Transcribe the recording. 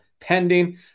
pending